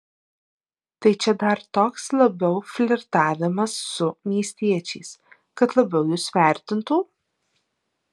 tai čia dar toks labiau flirtavimas su miestiečiais kad labiau jus vertintų